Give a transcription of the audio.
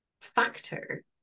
factor